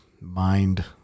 mind